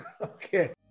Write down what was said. Okay